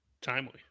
Timely